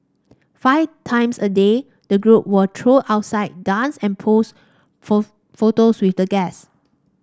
five times a day the group will trot outside dance and pose for photos with the guests